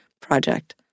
Project